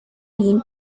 beam